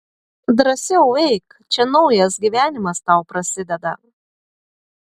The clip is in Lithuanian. drąsiau eik čia naujas gyvenimas tau prasideda